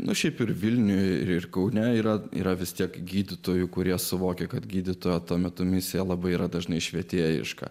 nu šiaip ir vilniuje ir kaune yra yra vis tiek gydytojų kurie suvokia kad gydytojo tuo metu misija labai dažnai švietėjiška